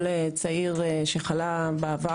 כל צעיר שחלה בעבר,